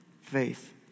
faith